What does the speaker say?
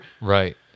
Right